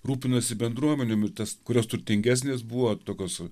rūpinasi bendruomenėm ir tas kurios turtingesnės buvo tokios